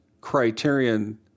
Criterion